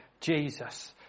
Jesus